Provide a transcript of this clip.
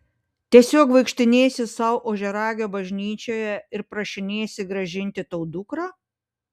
tiesiog vaikštinėsi sau ožiaragio bažnyčioje ir prašinėsi grąžinti tau dukrą